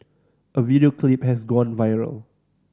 a video clip has gone viral